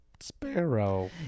sparrow